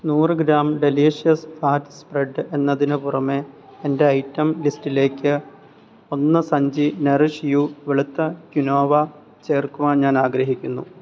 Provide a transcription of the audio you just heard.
നൂറ് gram delicious fat spread എന്നതിന് പുറമെ എന്റെ ഐറ്റം ലിസ്റ്റിലേക്ക് ഒന്ന് സഞ്ചി നറിഷ് യൂ വെളുത്ത ക്വിനോവ ചേർക്കുവാൻ ഞാൻ ആഗ്രഹിക്കുന്നു